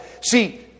See